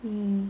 mm